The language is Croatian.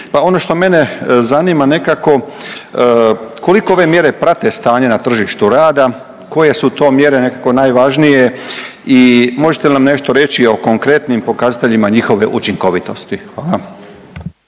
Pa ono što mene zanima nekako koliko ove mjere prate stanje na tržištu rada, koje su to mjere nekako najvažnije i možete li nam nešto reći o konkretnim pokazateljima njihove učinkovitosti? Hvala.